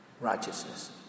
Righteousness